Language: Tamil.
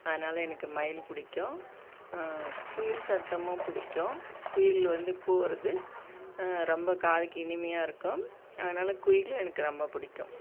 அதனால் எனக்கு மயில் பிடிக்கும் குயில் சத்தமும் பிடிக்கும் குயில் வந்து கூவுவது ரொம்ப காதுக்கு இனிமையாக இருக்கும் அதனாலே குயில் எனக்கு ரொம்ப பிடிக்கும்